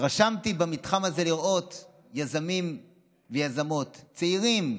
במתחם הזה התרשמתי מיזמים ויזמיות צעירים,